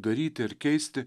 daryti ar keisti